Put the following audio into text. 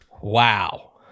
Wow